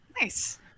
Nice